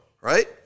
right